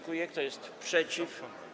Kto jest przeciw?